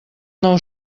nou